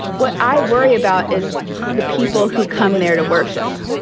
what i worry about is the people who come there to worship.